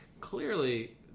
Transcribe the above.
clearly